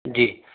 जी